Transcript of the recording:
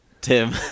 Tim